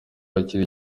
hakiri